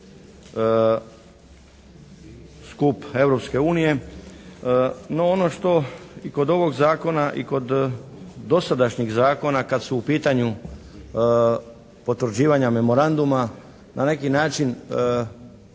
skup Europske unije. No ono što i kod ovog zakona i kod dosadašnjih zakona kad su u pitanju potvrđivanja memoranduma na neki način